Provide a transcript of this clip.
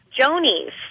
Jonies